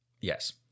Yes